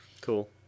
Cool